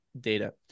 data